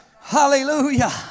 Hallelujah